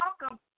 Welcome